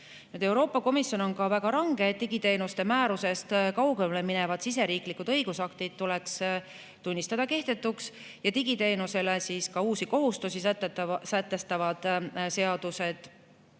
Euroopa Komisjon on [selle puhul] väga range: digiteenuste määrusest kaugemale minevad siseriiklikud õigusaktid tuleks tunnistada kehtetuks ja digiteenusele uusi kohustusi sätestavad seadused